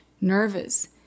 nervous